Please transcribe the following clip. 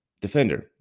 defender